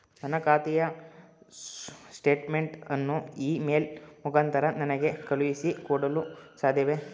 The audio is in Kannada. ನನ್ನ ಖಾತೆಯ ಸ್ಟೇಟ್ಮೆಂಟ್ ಅನ್ನು ಇ ಮೇಲ್ ಮುಖಾಂತರ ನನಗೆ ಕಳುಹಿಸಿ ಕೊಡಲು ಸಾಧ್ಯವೇ?